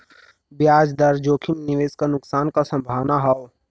ब्याज दर जोखिम निवेश क नुकसान क संभावना हौ